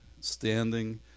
standing